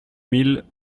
mille